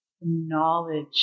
knowledge